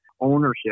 ownership